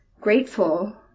grateful